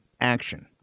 action